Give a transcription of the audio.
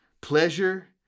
Pleasure